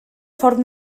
ffordd